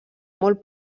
molt